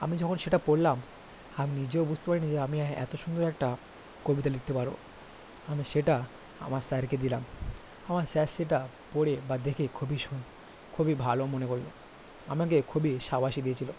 আমি যখন সেটা পড়লাম আমি নিজেও বুঝতে পারি নি যে আমি এতো সুন্দর একটা কবিতা লিখতে পারবো আমি সেটা আমার স্যারকে দিলাম আমার স্যার সেটা পড়ে বা দেখে খুবই সুন্ খুবই ভালো মনে করলো আমাকে খুবই সাবাসি দিয়েছিলো